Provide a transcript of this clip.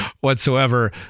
whatsoever